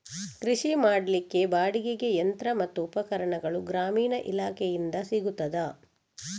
ಕೃಷಿ ಮಾಡಲಿಕ್ಕೆ ಬಾಡಿಗೆಗೆ ಯಂತ್ರ ಮತ್ತು ಉಪಕರಣಗಳು ಗ್ರಾಮೀಣ ಇಲಾಖೆಯಿಂದ ಸಿಗುತ್ತದಾ?